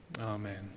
Amen